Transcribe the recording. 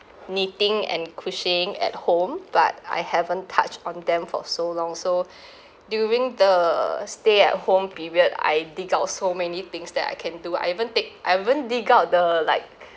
knitting and crocheting at home but I haven't touched on them for so long so during the stay at home period I dig out so many things that I can do I even take I even dig out the like